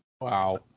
Wow